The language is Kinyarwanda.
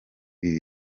ibi